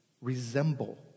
resemble